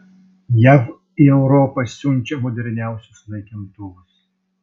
jav į europą siunčia moderniausius naikintuvus